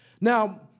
Now